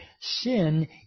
sin